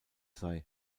sei